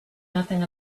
nothing